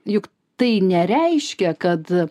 juk tai nereiškia kad